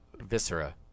Viscera